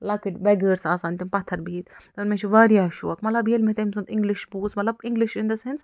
لۄکٕٹۍ بیٚگٲرٕس آسان تِم پَتھر بیٖہتھ دوٚپُن مےٚ چھُ واریاہ شوق مطلب ییٚلہِ مےٚ تٔمۍ سُنٛد اِنگلِش بوٗز مطلب اِنگلِش اِن دَ سیٚنٕس